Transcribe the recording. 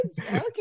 Okay